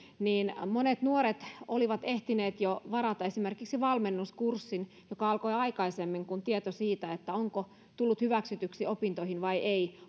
niin monet nuoret olivat ehtineet jo varata esimerkiksi valmennuskurssin joka alkoi aikaisemmin kuin tieto siitä onko tullut hyväksytyksi opintoihin vai ei